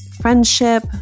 friendship